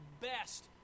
best